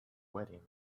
wedding